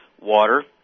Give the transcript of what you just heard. water